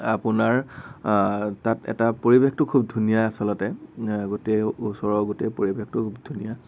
আপোনাৰ তাত এটা পৰিৱেশটো খুব ধুনীয়া আচলতে গোটেই ওচৰৰ গোটেই পৰিৱেশটো খুব ধুনীয়া